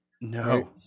No